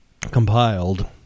Compiled